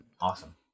Awesome